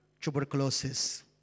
tuberculosis